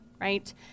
right